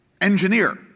engineer